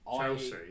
Chelsea